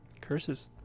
Curses